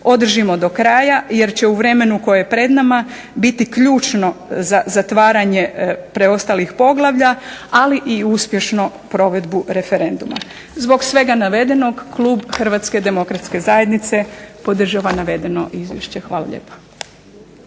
održimo do kraja, jer će u vremenu koje je pred nama biti ključno za zatvaranje preostalih poglavlja, ali i uspješnu provedbu referenduma. Zbog svega navedenog klub Hrvatske demokratske zajednice podržava navedeno izvješće. Hvala lijepa.